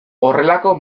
horrelako